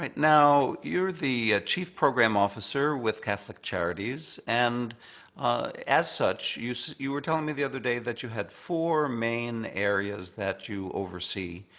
but now you're the chief program officer with catholic charities, and as such, you so you were telling me the other day that you had four main areas that you oversee,